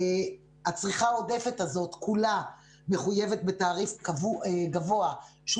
הצריכה העודפת הזאת כולה מחויבת בתעריף גבוה שהוא